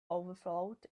overflowed